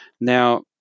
now